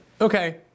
Okay